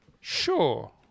Sure